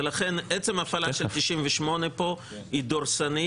עצם הפעלה של 98 פה היא דורסנית.